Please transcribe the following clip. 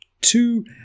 two